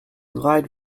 lied